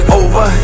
over